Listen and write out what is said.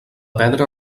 pedra